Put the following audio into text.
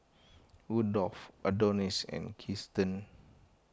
Rudolf Adonis and Keaston